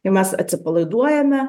ir mes atsipalaiduojame